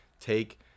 take